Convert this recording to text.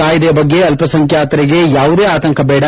ಕಾಯ್ದೆಯ ಬಗ್ಗೆ ಅಲ್ಪ ಸಂಖ್ಯಾತರಿಗೆ ಯಾವುದೇ ಆತಂಕ ಬೇಡ